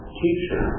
teacher